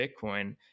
Bitcoin